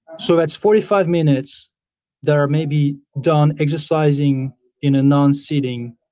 so, that's forty five minutes there are maybe done exercising in a non sitting